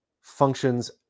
functions